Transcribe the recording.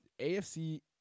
AFC